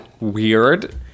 weird